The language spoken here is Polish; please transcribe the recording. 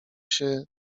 się